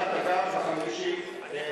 השר, אתה גם בחמישי?